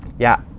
yeah,